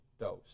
dose